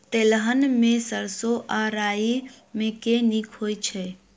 तेलहन मे सैरसो आ राई मे केँ नीक होइ छै?